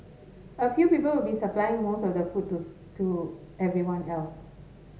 a few people will be supplying most of the food to to everyone else